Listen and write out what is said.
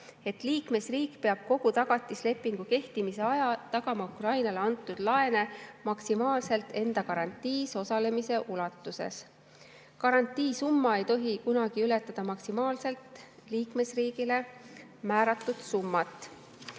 et liikmesriik peab kogu tagatislepingu kehtimise aja tagama Ukrainale antud laene maksimaalselt enda garantiis osalemise ulatuses. Garantiisumma ei tohi kunagi ületada liikmesriigile maksimaalselt